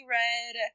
read